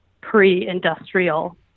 pre-industrial